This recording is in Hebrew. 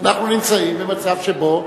אנחנו נמצאים במצב שבו,